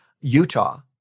Utah